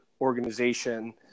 organization